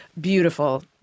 beautiful